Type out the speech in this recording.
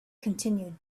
continued